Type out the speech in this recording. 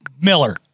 Miller